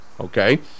Okay